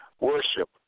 worship